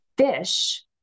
FISH